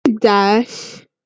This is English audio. Dash